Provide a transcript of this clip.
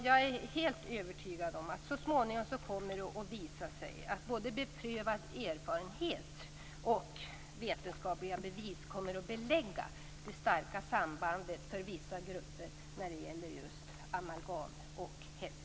Jag är helt övertygad om att det så småningom kommer att visa sig att både beprövad erfarenhet och vetenskapliga bevis belägger det starka sambandet mellan amalgam och hälsa när det gäller vissa grupper.